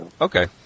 Okay